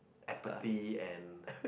empathy and